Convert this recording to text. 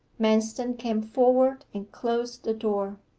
manston came forward and closed the door.